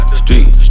street